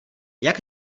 jak